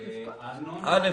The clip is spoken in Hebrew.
א',